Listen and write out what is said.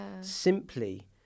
simply